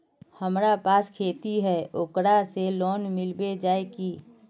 हमरा पास खेती है ओकरा से लोन मिलबे जाए की?